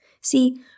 See